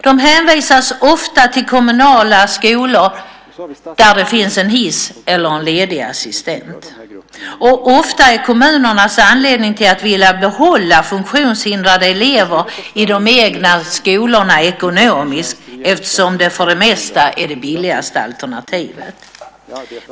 De hänvisas ofta till kommunala skolor där det finns en hiss eller en ledig assistent. Ofta är kommunernas anledning till att vilja behålla funktionshindrade elever i de egna skolorna ekonomisk, eftersom det för det mesta är det billigaste alternativet.